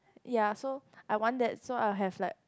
ya so I want that so I'll have like